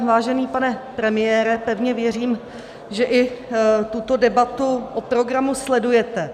Vážený pane premiére, pevně věřím, že i tuto debatu o programu sledujete.